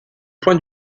point